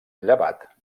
llevat